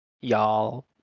y'all